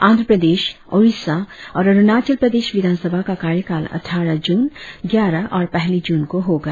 आंध्र प्रदेश ओड़ीसा और अरुणाचल प्रदेश विधानसभा का कार्यकाल अटठारह जून ग्यारह और पहली जुन को होगा